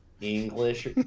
english